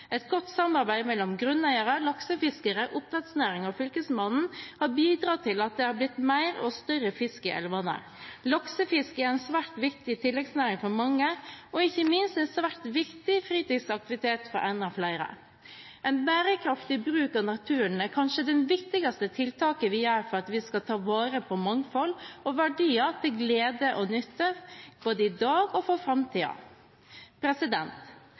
Et godt samarbeid mellom grunneiere, laksefiskere, oppdrettsnæringen og fylkesmannen har bidratt til at det har blitt mer og større fisk i elvene. Laksefiske er en svært viktig tilleggsnæring for mange og ikke minst en svært viktig fritidsaktivitet for enda flere. En bærekraftig bruk at naturen er kanskje det viktigste tiltaket vi gjør for at vi skal ta vare på mangfold og verdier, til glede og nytte både i dag og for